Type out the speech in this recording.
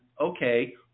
okay